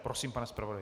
Prosím, pane zpravodaji.